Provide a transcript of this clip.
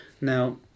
Now